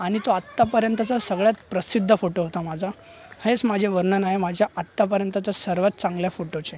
आणि तो आत्तापर्यंतचा सगळ्यात प्रसिद्ध फोटो होता माझा हेच माझे वर्णन आहे माझ्या आत्तापर्यंतचा सर्वात चांगल्या फोटोचे